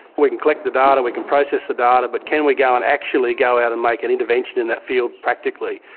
we can collect the data, we can process the data, but can we go and actually go out and make an intervention in that field practically.